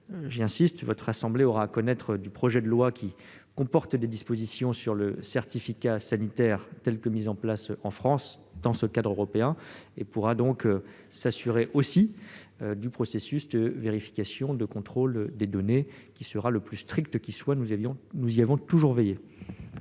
Enfin, votre assemblée aura à connaître du projet de loi qui comporte des dispositions sur le certificat sanitaire mis en place en France, dans ce cadre européen. Vous pourrez donc vous assurer que le processus de vérification et de contrôle des données sera le plus strict possible, comme nous y avons toujours veillé.